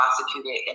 prosecuted